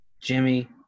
Jimmy